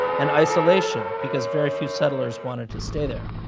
and isolation, because very few settlers wanted to stay there.